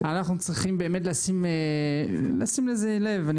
צריכים באמת לשים לזה לב,